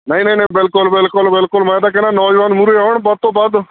ਨਹੀਂ ਨਹੀਂ ਨਹੀਂ ਬਿਲਕੁਲ ਬਿਲਕੁਲ ਬਿਲਕੁਲ ਮੈਂ ਤਾਂ ਕਹਿੰਦਾ ਨੌਜਵਾਨ ਮੂਹਰੇ ਆਉਣ ਵੱਧ ਤੋਂ ਵੱਧ